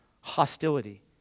hostility